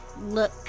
Look